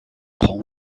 prend